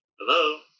hello